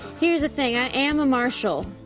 here's the thing. i am a marshal,